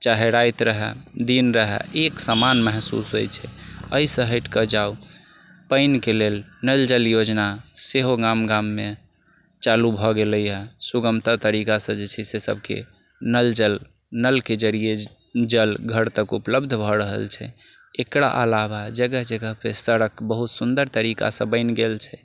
चाहे राति रहे दिन रहै एक समान महसूस होइत छै एहिसँ हटिके जाउ पानिके लेल नल जल योजना सेहो गाम गाममे चालू भऽ गेलै हँ सुगमता तरीकासँ जे छै सभके नल जल नलके जरिए जल घर तक उपलब्ध भऽ रहल छै एकरा अलावा जगह जगह पे सड़क बहुत सुन्दर तरीकासँ बनि गेल छै